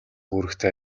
үүрэгтэй